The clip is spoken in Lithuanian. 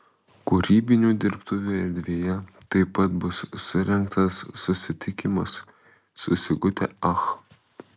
kūrybinių dirbtuvių erdvėje taip pat bus surengtas susitikimas su sigute ach